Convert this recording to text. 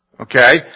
Okay